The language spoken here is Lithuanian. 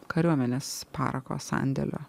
kariuomenės parako sandėlio